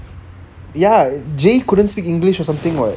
ya jay couldn't speak english or something [what]